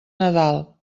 nadal